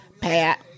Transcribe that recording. Pat